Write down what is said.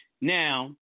Now